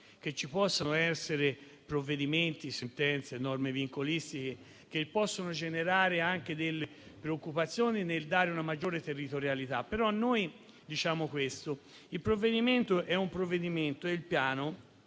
che ci possano essere provvedimenti, sentenze e norme vincolistiche che possono generare preoccupazioni nel dare una maggiore territorialità. Noi diciamo però questo: il provvedimento è un provvedimento e il Piano